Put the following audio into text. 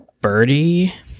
birdie